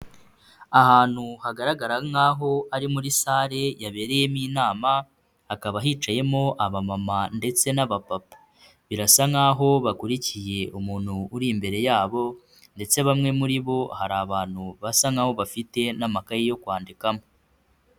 Ahantu hagaragara nkaho ari muri sale yabereyemo inama, hakaba hicayemo abamama ndetse n'abapapa. Birasa nkaho bakurikiye umuntu uri imbere yabo ndetse bamwe muri bo hari abantu basa nkaho bafite n'amakayi yo kwandikamo.